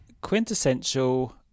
quintessential